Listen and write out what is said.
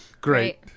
Great